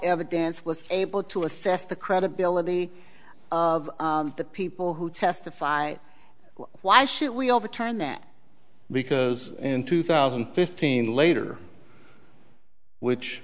evidence was able to assess the credibility of the people who testify why should we overturn that because in two thousand and fifteen later which